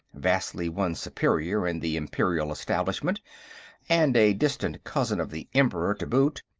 vastly one's superior in the imperial establishment and a distant cousin of the emperor to boot,